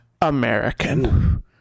American